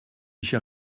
cher